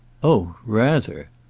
oh rather!